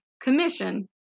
commission